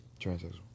Transsexual